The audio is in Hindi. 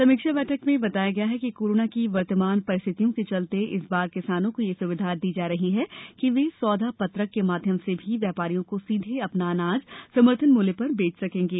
समीक्षा बैठक में बताया गया कि कोरोना की वर्तमान परिस्थितियों के चलते इस बार किसानों को यह सुविधा दी जा रही है कि वे सौदा पत्रक के माध्यम से भी व्यापारियों को सीधे अपना अनाज समर्थन मूल्य पर बेच सकेंगे